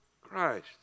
Christ